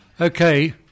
Okay